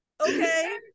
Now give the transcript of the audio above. Okay